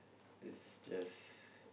is just